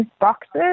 boxes